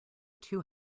too